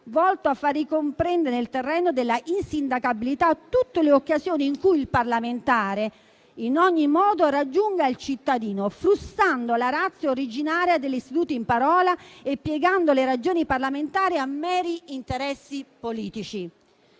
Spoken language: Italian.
volto a far ricomprendere nel terreno della insindacabilità tutte le occasioni in cui il parlamentare in ogni modo raggiunga il cittadino, frustando la *ratio* originaria dell'istituto in parola e piegando le ragioni parlamentari a meri interessi politici.